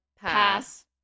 pass